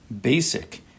basic